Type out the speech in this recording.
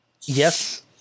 yes